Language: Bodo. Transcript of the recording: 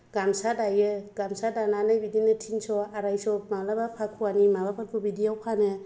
गामसा दायो गामसा दानानै बिदिनो तिनस' आरायस' मालाबा फाकुवानि माबाफोरखौ बिदिया फानो